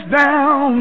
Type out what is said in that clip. down